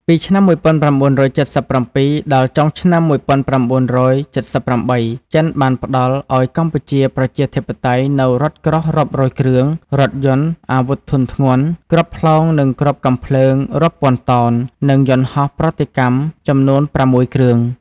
ពីឆ្នាំ១៩៧៧ដល់ចុងឆ្នាំ១៩៧៨ ចិនបានផ្តល់ឱ្យកម្ពុជាប្រជាធិបតេយ្យនូវរថក្រោះរាប់រយគ្រឿង រថយន្ត អាវុធធុនធ្ងន់ គ្រាប់ផ្លោងនិងគ្រាប់កាំភ្លើងរាប់ពាន់តោន និងយន្តហោះប្រតិកម្មចំនួនប្រាំមួយគ្រឿង។